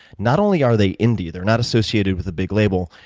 not only are they indie, they're not associated with a big label,